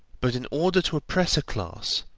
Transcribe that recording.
but in order to oppress a class,